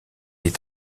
est